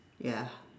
ya